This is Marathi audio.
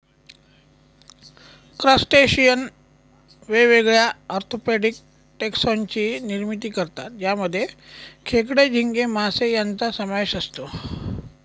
क्रस्टेशियन वेगवेगळ्या ऑर्थोपेडिक टेक्सोन ची निर्मिती करतात ज्यामध्ये खेकडे, झिंगे, मासे यांचा समावेश असतो